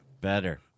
Better